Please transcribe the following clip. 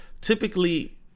Typically